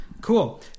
cool